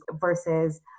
versus